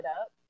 up